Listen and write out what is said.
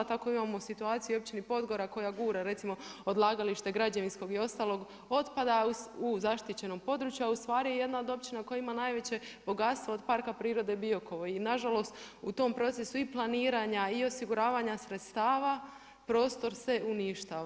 Tako imamo situaciji u Općini Podgora koja gura recimo odlagalište građevinskog i ostalog otpada u zaštićenom području, a ustvari je jedna od općina koja ima najveće bogatstvo od Parka prirode Biokovo i nažalost u tom procesu i planiranja i osiguravanja sredstava prostor se uništava.